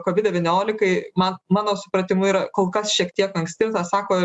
kovid devyniolikai man mano supratimu yra kol kas šiek tiek anksti tą sako